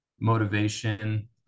motivation